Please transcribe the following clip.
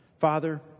Father